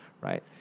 Right